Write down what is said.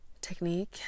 technique